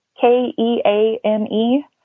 k-e-a-n-e